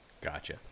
Gotcha